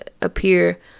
appear